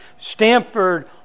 Stanford